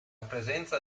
presenza